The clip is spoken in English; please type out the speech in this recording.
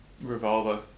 Revolver